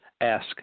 ask